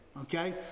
Okay